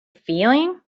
feeling